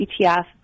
ETF